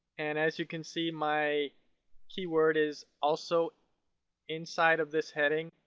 and as you can see my keyword is also inside of this heading.